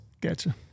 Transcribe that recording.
Gotcha